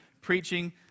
preaching